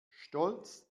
stolz